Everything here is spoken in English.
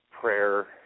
Prayer